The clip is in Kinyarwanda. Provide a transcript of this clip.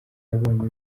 yabonye